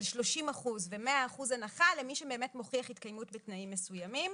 של 30% ו-100% הנחה למי שבאמת מוכיח התקיימות בתנאים מסוימים,